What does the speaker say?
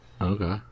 okay